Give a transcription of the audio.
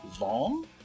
long